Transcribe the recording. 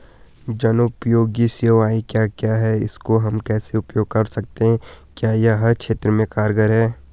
जनोपयोगी सेवाएं क्या क्या हैं इसको हम कैसे उपयोग कर सकते हैं क्या यह हर क्षेत्र में कारगर है?